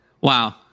Wow